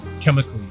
chemically